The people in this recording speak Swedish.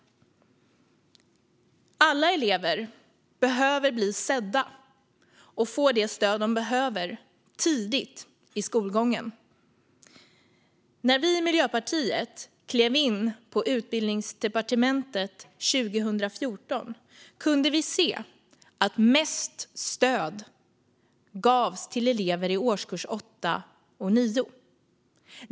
Alla elever behöver bli sedda och få det stöd de behöver tidigt i skolgången. När vi i Miljöpartiet klev in på Utbildningsdepartementet 2014 kunde vi se att mest stöd gavs till elever i årskurserna 8 och 9.